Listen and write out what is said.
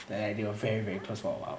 like they were very very close for a while